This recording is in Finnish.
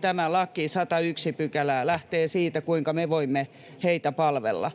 tämä laki, 101 pykälää, lähtee siitä, kuinka me voimme heitä palvella.